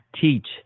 teach